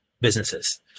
businesses